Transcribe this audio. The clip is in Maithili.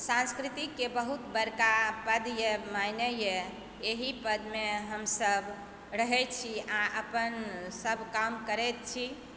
सांस्कृतिकके बहुत बड़का पद यऽ मायने यऽ एहि पदमे हमसब रहै छी आओर अपन सब काज करैत छी